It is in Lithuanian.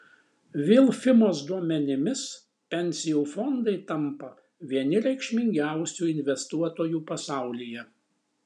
vilfimos duomenimis pensijų fondai tampa vieni reikšmingiausių investuotojų pasaulyje